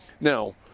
Now